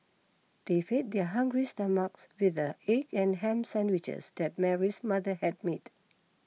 they fed their hungry stomachs with the egg and ham sandwiches that Mary's mother had made